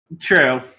True